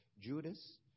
Judas